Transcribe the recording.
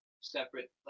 separate